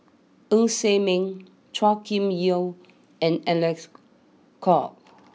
Ng Ser Miang Chua Kim Yeow and Alec Kuok